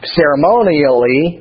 ceremonially